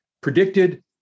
predicted